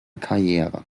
karriere